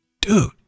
Dude